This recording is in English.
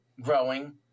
growing